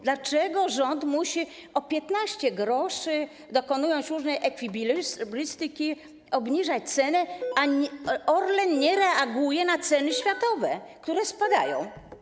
Dlaczego rząd musi o 15 gr, dokonując różnej ekwilibrystyki, obniżać cenę, a Orlen nie reaguje na ceny światowe, które spadają?